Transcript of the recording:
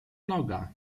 noga